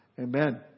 Amen